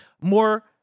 more